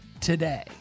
today